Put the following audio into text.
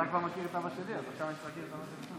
אנחנו נחכה שתיגמר ההתרגשות פה.